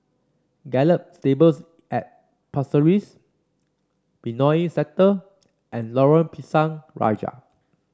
Gallop Stables at Pasir Ris Benoi Sector and Lorong Pisang Raja